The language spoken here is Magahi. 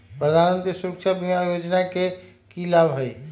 प्रधानमंत्री सुरक्षा बीमा योजना के की लाभ हई?